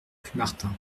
plumartin